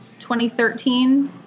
2013